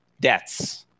deaths